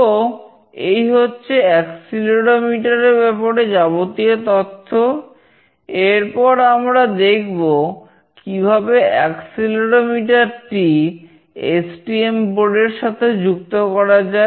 তোএই হচ্ছে অ্যাক্সেলেরোমিটার সাথে যুক্ত করা যায়